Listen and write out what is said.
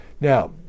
Now